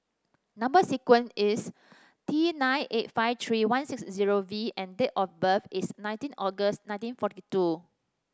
number sequence is T nine eight five three one six zero V and date of birth is nineteen August nineteen forty two